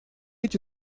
эти